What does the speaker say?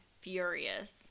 furious